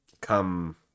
come